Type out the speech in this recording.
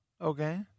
okay